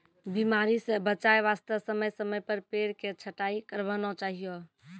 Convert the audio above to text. बीमारी स बचाय वास्तॅ समय समय पर पेड़ के छंटाई करवाना चाहियो